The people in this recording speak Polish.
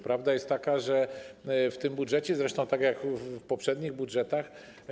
Prawda jest taka, że w tym budżecie, zresztą tak jak w poprzednich budżetach.